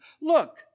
Look